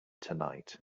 tonight